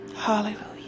Hallelujah